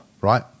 right